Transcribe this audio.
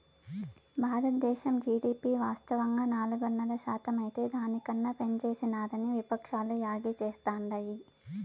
బారద్దేశం జీడీపి వాస్తవంగా నాలుగున్నర శాతమైతే దాని కన్నా పెంచేసినారని విపక్షాలు యాగీ చేస్తాండాయి